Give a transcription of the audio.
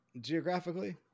Geographically